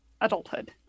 adulthood